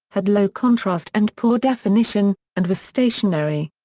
had low contrast and poor definition, and was stationary.